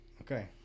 Okay